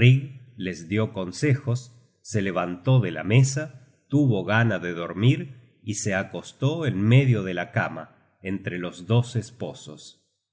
rig les dió consejos se levantó de la mesa tuvo gana de dormir y se acostó en medio de la cama entre los dos esposos